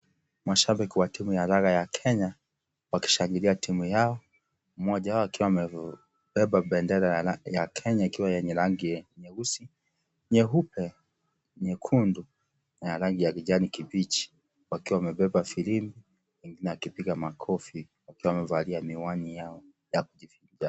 Mashabiki wa timu ya raga ya Kenya, wakishabikia timu yao, mmoja wao akiwa amebeba bendera ya rangi ya Kenya ikiwa yenye rangi nyeusi, nyeupe, nyekundu na ya rangi ya kijani kibichi wakiwa wamebeba firimbi wengine wakipiga makofi wakiwa wamevalia miwani yao ya kujificha.